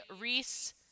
Reese